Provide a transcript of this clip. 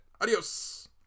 Adios